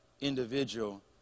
individual